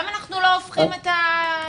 למה אנחנו לא הופכים את הדינמיקה?